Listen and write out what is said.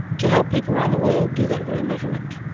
to help people around the world do that very measurement?